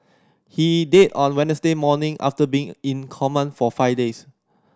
he died on Wednesday morning after been in coma for five days